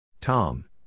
Tom